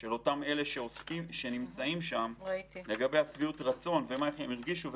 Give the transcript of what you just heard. של אותם אלה שנמצאים שם לגבי שביעות הרצון ואיך הם הרגישו.